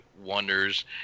wonders